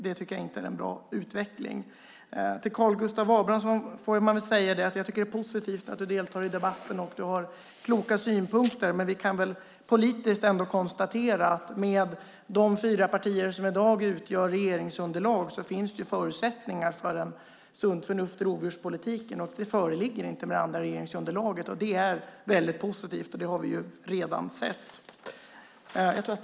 Det tycker jag inte är en bra utveckling. Till Karl Gustav Abramsson får jag säga: Jag tycker att det är positivt att du deltar i debatten. Du har kloka synpunkter. Men vi kan väl politiskt ändå konstatera att det med de fyra partier som i dag utgör regeringsunderlag finns förutsättningar för ett sunt förnuft i rovdjurspolitiken - det föreligger inte med det andra regeringsunderlaget. Detta är väldigt positivt. Det har vi redan sett.